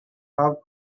have